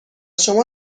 شما